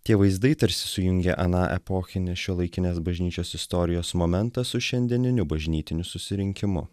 tie vaizdai tarsi sujungė aną epochinį šiuolaikinės bažnyčios istorijos momentą su šiandieniniu bažnytiniu susirinkimu